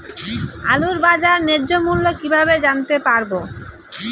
আলুর বাজার ন্যায্য মূল্য কিভাবে জানতে পারবো?